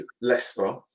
Leicester